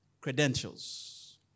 credentials